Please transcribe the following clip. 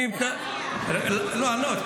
לענות.